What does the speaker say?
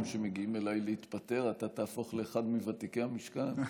שמגיעים אליי להתפטר אתה תהפוך לאחד מוותיקי המשכן.